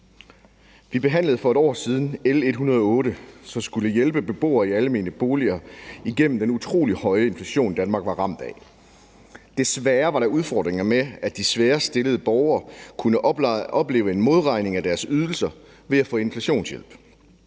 Vi behandlede for et år siden L 108, som skulle hjælpe beboere i almene boliger igennem den utrolig høje inflation, Danmark var ramt af. Desværre var der udfordringer med, at de sværest stillede borgere kunne opleve en modregning af deres ydelser ved at få inflationshjælp,